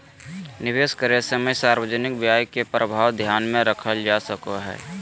निवेश करे समय सार्वजनिक व्यय के प्रभाव ध्यान में रखल जा सको हइ